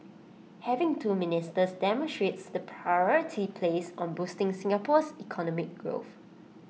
having two ministers demonstrates the priority placed on boosting Singapore's economic growth